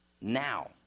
now